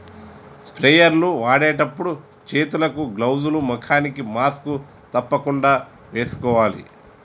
sprayer లు వాడేటప్పుడు చేతులకు గ్లౌజ్ లు, ముఖానికి మాస్క్ తప్పకుండా వేసుకోవాలి